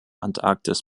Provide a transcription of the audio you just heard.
antarktis